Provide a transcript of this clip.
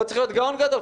לא צריך להיות גאון גדול,